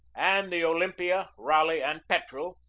and the olympia, raleigh, and petrel,